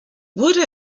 wurde